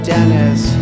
Dennis